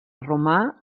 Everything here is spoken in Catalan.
romà